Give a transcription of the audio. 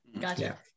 Gotcha